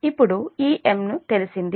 ఇప్పుడు ఈ M తెలిసింది